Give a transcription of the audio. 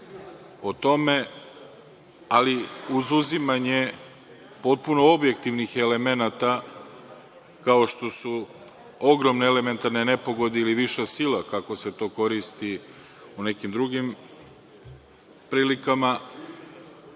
o tome, ali uz uzimanje potpuno objektivnih elemenata, kao što su ogromne elementarne nepogode ili viša sila, kako se to koristi u nekim drugim prilikama,